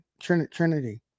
Trinity